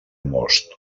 most